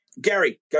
Gary